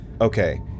okay